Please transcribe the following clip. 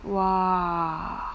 !wah!